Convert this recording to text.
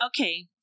Okay